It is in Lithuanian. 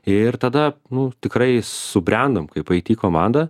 ir tada nu tikrai subrendom kaip aiti komanda